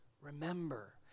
remember